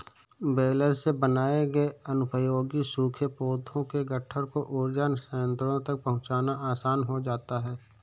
baler से बनाए गए अनुपयोगी सूखे पौधों के गट्ठर को ऊर्जा संयन्त्रों तक पहुँचाना आसान हो जाता है